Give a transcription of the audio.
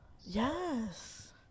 Yes